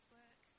work